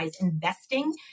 investing